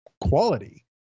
quality